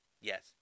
Yes